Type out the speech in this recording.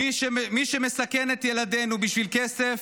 מי שמסכן את ילדינו בשביל כסף,